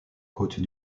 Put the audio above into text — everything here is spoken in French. côtes